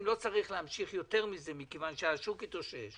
שלא צריך להמשיך יותר מכיוון שהשוק התאושש